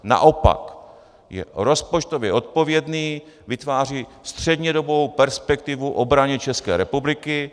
Naopak je rozpočtově odpovědný, vytváří střednědobou perspektivu obraně České republiky.